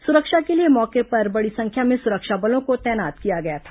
सुरक्षा के लिए मौके पर बड़ी संख्या में सुरक्षा बलों को तैनात किया गया था